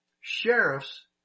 sheriffs